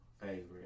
favorite